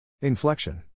Inflection